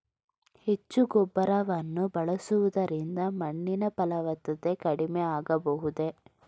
ಹೆಚ್ಚು ರಸಗೊಬ್ಬರವನ್ನು ಬಳಸುವುದರಿಂದ ಮಣ್ಣಿನ ಫಲವತ್ತತೆ ಕಡಿಮೆ ಆಗಬಹುದೇ?